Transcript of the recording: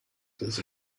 this